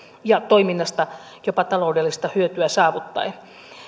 ja toiminnasta jopa taloudellista hyötyä saavuttaen